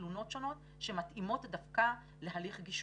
תלונות שונות שמתאימות דווקא להליך גישורי.